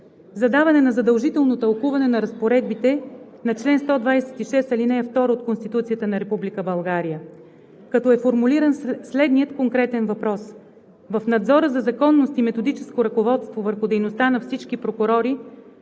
за даване на задължително тълкуване на разпоредбите на чл. 126, ал. 2 от Конституцията на Република България, където е формулиран следният конкретен въпрос: в надзора за законност и методическо ръководство върху дейността на всички прокурори,